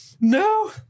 No